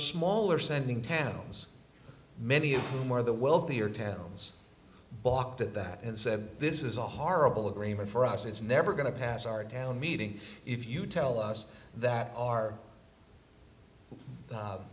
smaller sending towns many of whom are the wealthier towns balked at that and said this is a horrible agreement for us it's never going to pass our town meeting if you tell us that